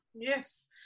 Yes